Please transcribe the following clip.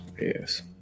Yes